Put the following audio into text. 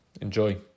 Enjoy